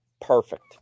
Perfect